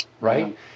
right